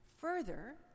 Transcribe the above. Further